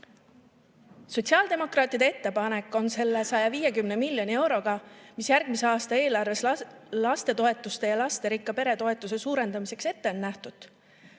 Hiiumaal. Sotsiaaldemokraatide ettepanek on selle 150 miljoni euroga, mis järgmise aasta eelarves lastetoetuste ja lasterikka pere toetuse suurendamiseks ette on nähtud,